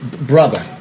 Brother